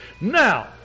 Now